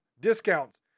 Discounts